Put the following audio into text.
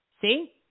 see